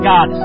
God